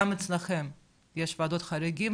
גם אצלכם יש ועדות חריגים,